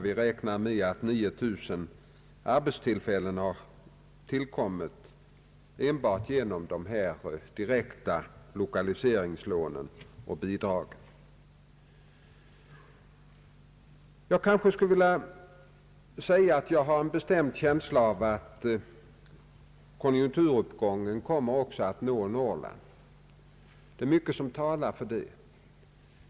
Vi räknar med att 9 000 arbetstillfällen har tillkommit enbart genom dessa direkta lokaliseringslån och bidrag. Jag har en bestämd känsla av att konjunkturuppgången också kommer att nå Norrland. Mycket talar för det.